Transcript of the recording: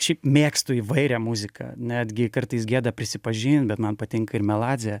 šiaip mėgstu įvairią muziką netgi kartais gėda prisipažint bet man patinka ir meladzė